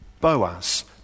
Boaz